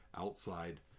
outside